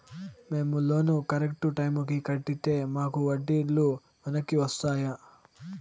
మేము loan correct టైముకి కట్టితే మాకు వడ్డీ లు వెనక్కి వస్తాయా?